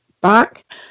back